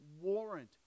warrant